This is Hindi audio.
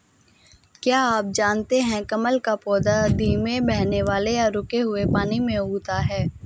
क्या आप जानते है कमल का पौधा धीमे बहने वाले या रुके हुए पानी में उगता है?